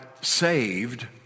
saved